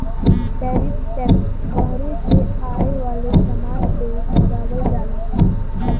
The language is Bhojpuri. टैरिफ टैक्स बहरे से आये वाले समान पे लगावल जाला